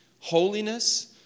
holiness